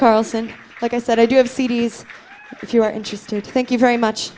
carlson like i said i do have c d s if you are interested thank you very much